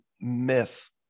myth